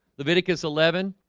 leviticus eleven.